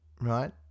right